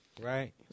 Right